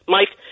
Mike